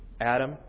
Adam